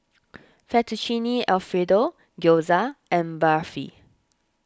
Fettuccine Alfredo Gyoza and Barfi